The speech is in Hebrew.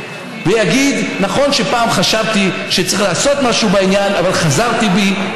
ויגיד: נכון שפעם חשבתי שצריך לעשות משהו בעניין אבל חזרתי בי,